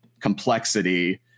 complexity